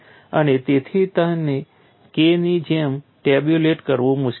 અને તેથી તેમને K ની જેમ ટેબ્યુલેટ કરવું મુશ્કેલ છે